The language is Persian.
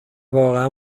واقعا